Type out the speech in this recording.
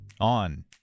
on